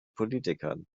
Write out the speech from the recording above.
politikern